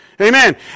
Amen